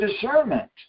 discernment